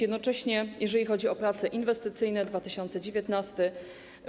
Jednocześnie jeżeli chodzi o prace inwestycyjne w 2019 r.